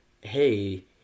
hey